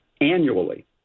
annually